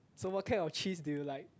so what kind of cheese do you like